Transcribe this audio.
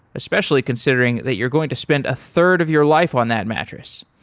especially considering that you're going to spend a third of your life on that mattress.